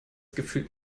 gefühlt